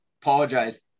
apologize